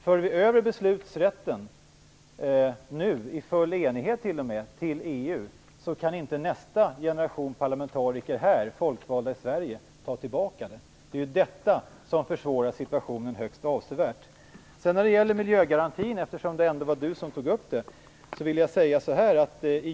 För vi nu över beslutsrätten till EU - i full enighet t.o.m. - kan inte nästa generation folkvalda parlamentariker i Sverige ta tillbaka den. Det är detta som försvårar situationen högst avsevärt. Jag vill också säga något om miljögarantin, eftersom det ändå var Inga-Britt Näslund som tog upp den frågan.